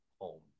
home